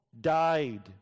died